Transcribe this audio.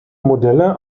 modelle